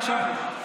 בבקשה.